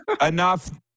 enough